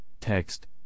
text